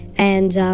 and